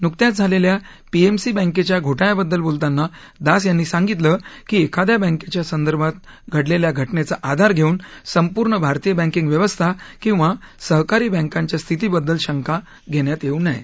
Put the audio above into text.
नुकत्याच झालेल्या पीएमसी बँकेच्या घोटाळ्याबद्दल बोलताना दास यांनी सांगितलं की एखाद्या बँकेच्या संदर्भात घडलेल्या घटनेचा आधार घेऊन संपूर्ण भारतीय बँकींग व्यवस्था किंवा सहकारी बँकांच्या स्थीतीबद्दल शंका घेण्यात येऊ नये